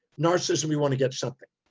narcissism, we want to get something.